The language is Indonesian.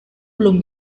belum